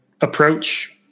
approach